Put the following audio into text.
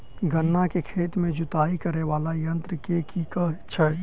गन्ना केँ खेत केँ जुताई करै वला यंत्र केँ की कहय छै?